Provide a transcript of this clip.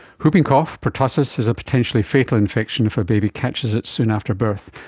whooping cough, pertussis, is a potentially fatal infection if a baby catches it soon after birth.